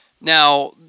Now